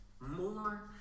more